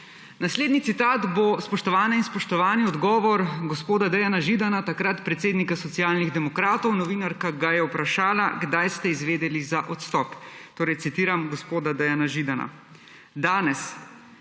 Naslednji citat bo, spoštovane in spoštovani, odgovor gospoda Dejana Židana, takrat predsednik Socialnih demokratov, novinarka ga je vprašala: Kdaj ste izvedeli za odstop? Torej, citiram gospoda Dejana Židana: »Danes.